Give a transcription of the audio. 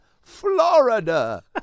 Florida